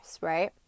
right